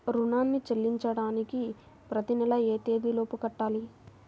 రుణాన్ని చెల్లించడానికి ప్రతి నెల ఏ తేదీ లోపు కట్టాలి?